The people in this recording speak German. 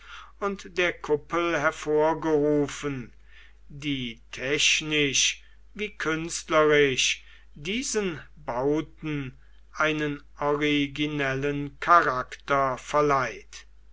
und der kuppel hervorgerufen die technisch wie künstlerisch diesen bauten einen originellen charakter verleiht